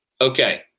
Okay